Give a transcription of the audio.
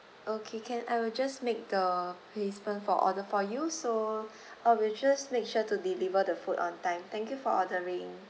okay can I will just make the placement for order for you so I will just make sure to deliver the food on time thank you for ordering